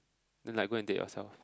then like go and date yourself